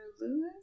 Lewis